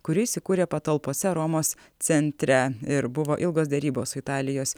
kuri įsikūrė patalpose romos centre ir buvo ilgos derybos su italijos